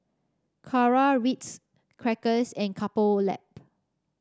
Kara Ritz Crackers and Couple Lab